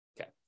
Okay